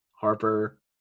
Harper